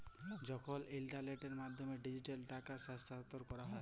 যখল ইলটারলেটের মাধ্যমে ডিজিটালি টাকা স্থালাল্তর ক্যরা হ্যয়